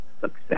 success